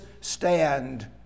stand